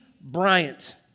Bryant